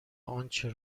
آنچه